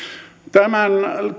tämän